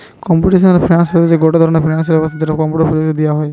computational finance হতিছে গটে ধরণের ফিনান্স ব্যবস্থা যেটো কম্পিউটার প্রযুক্তি দিয়া হই